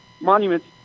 monuments